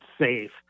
safe